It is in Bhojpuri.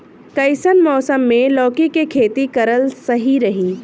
कइसन मौसम मे लौकी के खेती करल सही रही?